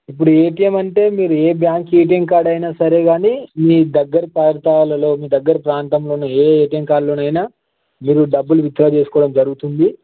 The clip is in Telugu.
ఇప్పుడు ఎటిఎమ్ అంటే మీరు ఏ బ్యాంక్ ఎటిఎమ్ కార్డు అయినా సరే గానీ మీ దగ్గర కాగితాలలో మీ దగ్గర ప్రాంతంలో ఉన్న ఏ ఎటిఎమ్ కార్డులోనయినా మీరు డబ్బులు విత్డ్రా చేసుకోవడం జరుగుతుంది